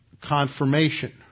confirmation